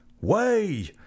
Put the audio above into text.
Way